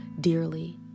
dearly